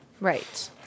right